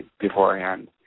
beforehand